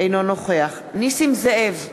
אינו נוכח נסים זאב,